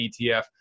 ETF